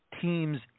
teams